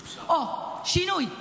אוה, "שינוי".